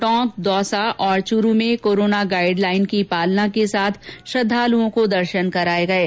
टोंक दौसा और चूरू में corona guideline की पालना के साथ श्रद्वालुओं को दर्शन कराए जा रहे है